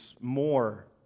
more